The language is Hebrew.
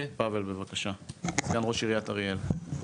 פאבל בבקשה, גם ראש עריית אריאל.